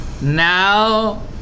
Now